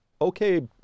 okay